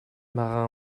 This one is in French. marin